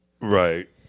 Right